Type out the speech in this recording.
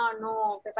no